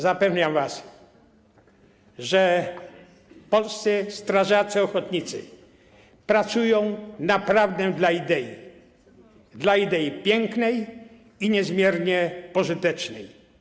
Zapewniam was, że polscy strażacy ochotnicy pracują naprawdę dla idei, dla idei pięknej i niezmiernie pożytecznej.